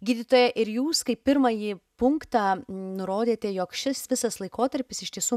gydytoja ir jūs kaip pirmąjį punktą nurodėte jog šis visas laikotarpis iš tiesų